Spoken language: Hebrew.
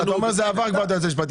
אתה אומר שזה כבר עבר יועץ משפטי.